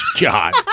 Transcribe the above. God